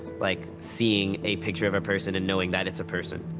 like seeing a picture of a person and knowing that it's a person.